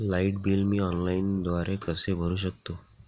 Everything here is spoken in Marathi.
लाईट बिल मी ऑनलाईनद्वारे कसे भरु शकतो?